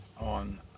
on